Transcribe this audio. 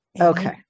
Okay